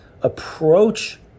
approach